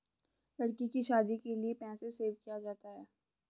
लड़की की शादी के लिए पैसे सेव किया जाता है